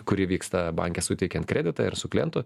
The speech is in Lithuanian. kuri vyksta banke suteikiant kreditą ir su klientu